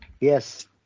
Yes